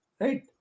right